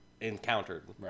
encountered